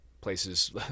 places